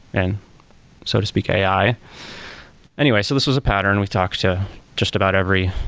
and so to speak, ai anyway, so this was a pattern. we talked to just about every